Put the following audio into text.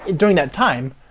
during that time,